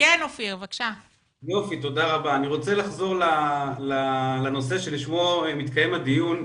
אני רוצה לחזור לנושא שלשמו מתקיים הדיון,